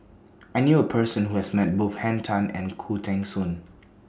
I knew A Person Who has Met Both Henn Tan and Khoo Teng Soon